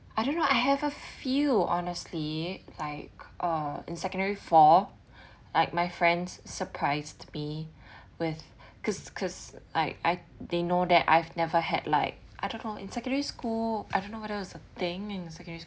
I don't know I have a few honestly like uh in secondary four like my friends surprised me with cause cause like I they know that I've never had like I don't know in secondary school I don't know whether is a thing in secondary